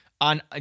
on